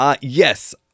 Yes